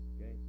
Okay